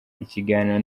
ikiganiro